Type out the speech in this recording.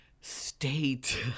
state